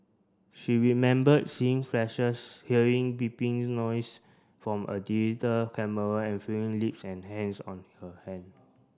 she remembered seeing flashes hearing beeping noise from a digital camera and feeling lips and hands on her hand